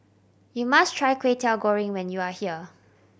you must try Kwetiau Goreng when you are here